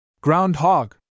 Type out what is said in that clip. Groundhog